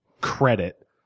credit